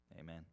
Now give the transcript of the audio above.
amen